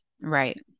Right